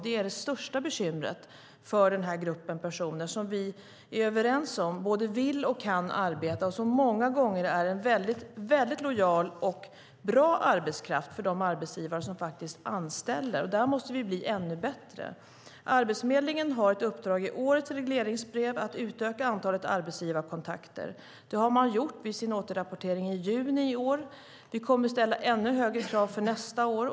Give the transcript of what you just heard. Det är det största bekymret för denna grupp personer, som vi är överens om både vill och kan arbeta. Det är många gånger en väldigt lojal och bra arbetskraft för de arbetsgivare som anställer. Där måste vi bli ännu bättre. Arbetsförmedlingen har ett uppdrag i årets regleringsbrev att utöka antalet arbetsgivarkontakter. Det har man gjort enligt sin återrapportering i juni i år. Vi kommer att ställa ännu högre krav för nästa år.